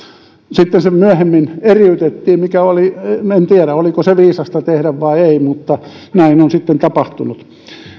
sitten ne myöhemmin eriytettiin en tiedä oliko se viisasta tehdä vai ei mutta näin on sitten tapahtunut